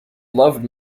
loved